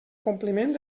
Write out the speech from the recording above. compliment